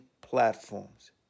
platforms